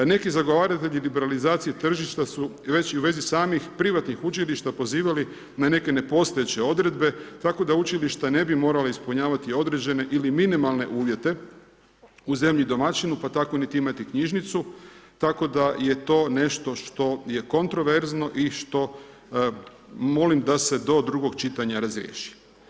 Neki zagovaratelji liberalizacije tržišta su već i u vezi samih privatnih učilišta pozivali na neke nepostojeće odredbe tako da učilište ne bi moralo ispunjavati određene ili minimalne uvjete u zemlji domaćinu pa tako niti imati knjižnicu, tako da je to nešto što je kontroverzno i što molim da se do drugog čitanja razriješi.